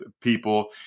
people